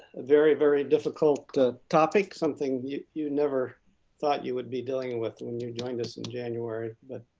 very, very difficult ah topic, something you you never thought you would be dealing with when you joined us in january, but